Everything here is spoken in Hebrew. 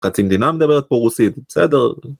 ‫חצי מדינה מדברת פה רוסית. בסדר...